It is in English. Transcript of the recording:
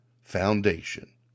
foundation